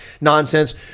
nonsense